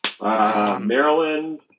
Maryland